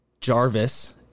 Jarvis